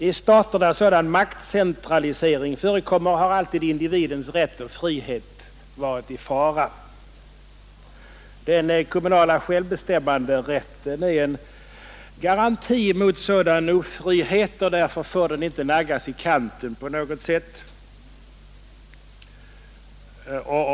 I stater där sådan maktcentralisering förekommer har alltid individens rätt och frihet varit i fara. Den kommunala självbestämmanderätten är en garanti mot sådan ofrihet, och därför får den inte på något sätt naggas i kanten.